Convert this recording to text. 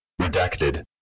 Redacted